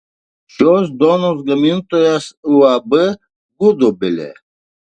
šios duonos gamintojas uab gudobelė